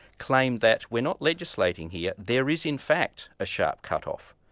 claimed that we're not legislating here, there is in fact a sharp cutoff.